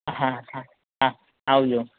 હા હા હા આવજો